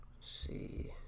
see